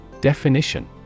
Definition